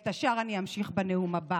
את השאר אני אמשיך בנאום הבא.